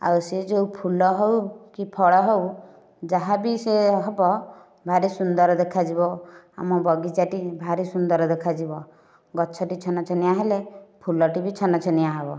ଆଉ ସେ ଯେଉଁ ଫୁଲ ହେଉ କି ଫଳ ହେଉ ଯାହା ବି ସେ ହେବ ଭାରି ସୁନ୍ଦର ଦେଖା ଯିବ ଆମ ବଗିଚା ଟି ଭାରି ସୁନ୍ଦର ଦେଖାଯିବ ଗଛ ଟି ଛନଛନିଆ ହେଲେ ଫୁଲଟି ବି ଛନଛନିଆ ହେବ